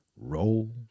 Roll